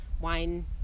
wine